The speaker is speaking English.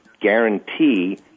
guarantee